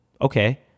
Okay